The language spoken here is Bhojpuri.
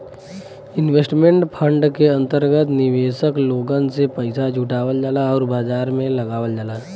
इन्वेस्टमेंट फण्ड के अंतर्गत निवेशक लोगन से पइसा जुटावल जाला आउर बाजार में लगावल जाला